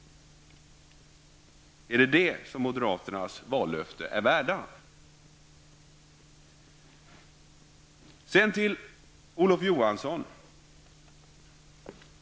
Är det vad moderaternas vallöften är värda? Sedan till Olof Johansson.